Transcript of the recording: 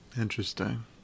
Interesting